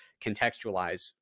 contextualize